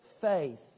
faith